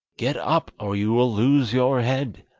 get up, or you will lose your head